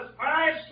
Five